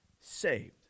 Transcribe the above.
saved